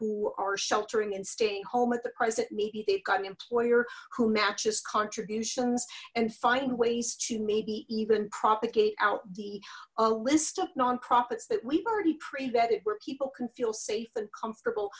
who are sheltering and staying home at the present maybe they've got an employer who matches contributions and find ways to maybe even propagate out the list of nonprofits that we've already pre vetted where people can feel safe and comfortable